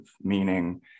meaning